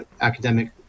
academic